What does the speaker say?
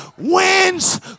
wins